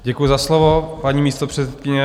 Děkuji za slovo, paní místopředsedkyně.